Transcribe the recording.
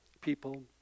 people